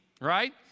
right